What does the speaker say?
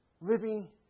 living